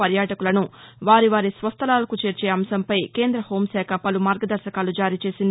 పర్యాటకులను వారివారి స్వస్థలాలకు చేర్చే అంశంపై కేంద హోంశాఖ పలు మార్గదర్శకాలు జారీ చేసింది